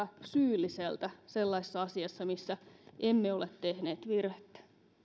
syylliseltä sellaisessa asiassa missä emme ole tehneet virhettä